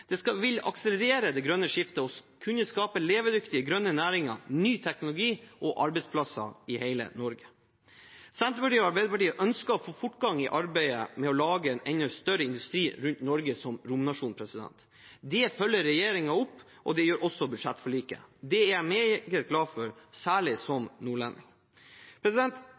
Det vil akselerere det grønne skiftet og kunne skape levedyktige grønne næringer, ny teknologi og arbeidsplasser i hele Norge. Senterpartiet og Arbeiderpartiet ønsker å få fortgang i arbeidet med å lage en enda større industri rundt Norge som romnasjon. Det følger regjeringen opp. Det gjør også budsjettforliket. Det er jeg meget glad for, særlig som nordlending.